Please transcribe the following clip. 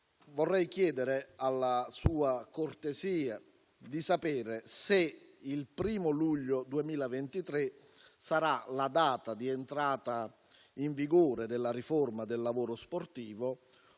quindi chiederle cortesemente di sapere se il primo luglio 2023 sarà la data di entrata in vigore della riforma del lavoro sportivo